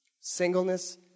Singleness